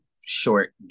short